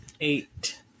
eight